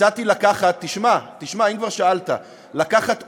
הצעתי לקחת, תשמע, תשמע אם כבר שאלת, לקחת אולם,